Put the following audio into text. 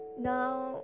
Now